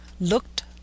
looked